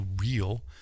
real